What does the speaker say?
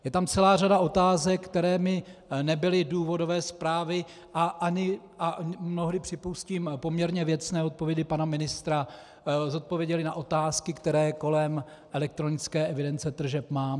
Je tam celá řada otázek, které mi nebyly z důvodové zprávy a ani, mnohdy, připustím, poměrně věcné odpovědi pana ministra zodpověděly na otázky, které kolem elektronické evidence tržeb mám.